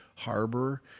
Harbor